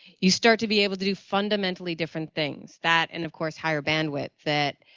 you'd start to be able to do fundamentally different things that, and of course, higher bandwidth that